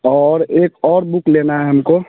और एक और बुक लेना है हमको